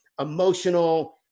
emotional